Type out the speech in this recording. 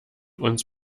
uns